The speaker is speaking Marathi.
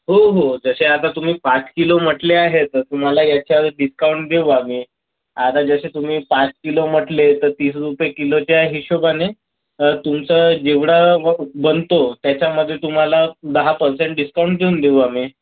हो हो जसे आता तुम्ही पाच किलो म्हटले आहे तर तुम्हाला याच्यावर डिस्काउंट देऊ आम्ही आता जसे तुम्ही पाच किलो म्हटले तर तीस रुपे किलोच्या हिशोबाने तुमचा जेवढा बनतो त्याच्यामध्ये तुम्हाला दहा पर्सेंट डिस्काउंट देऊन देऊ आम्ही